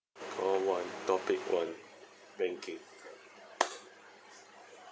call one topic one banking